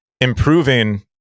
improving